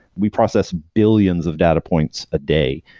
we process billions of data points a day.